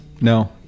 No